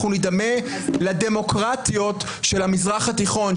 אנחנו נידמה לדמוקרטיות של המזרח-התיכון,